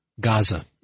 Gaza